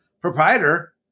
proprietor